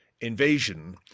invasion